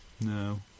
No